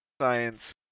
science